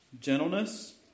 gentleness